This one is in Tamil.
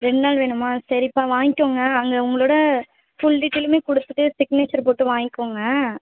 ரெண்டு நாள் வேணுமா சரிப்பா வாங்கிக்கோங்க அங்கே உங்களோடய ஃபுல் டீட்டெயிலுமே கொடுத்துட்டு சிக்னேச்சர் போட்டு வாங்கிக்கோங்க